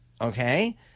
okay